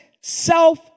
self